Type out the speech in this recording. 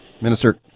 Minister